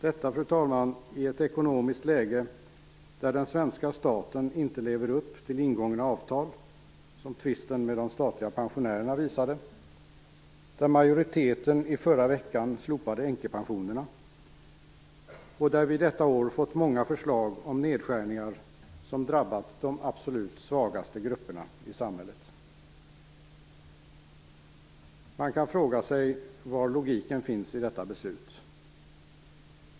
Detta, fru talman, i ett ekonomiskt läge där den svenska staten inte lever upp till ingångna avtal - som tvisten med de statliga pensionärerna visade, där majoriteten i förra veckan slopade änkepensionerna, och där vi detta år fått många förslag om nedskärningar som drabbat de absolut svagaste grupperna i samhället. Man kan fråga sig var logiken finns i detta beslut.